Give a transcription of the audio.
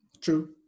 True